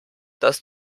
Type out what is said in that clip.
dass